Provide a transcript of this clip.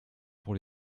pour